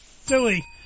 silly